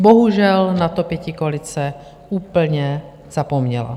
Bohužel na to pětikoalice úplně zapomněla.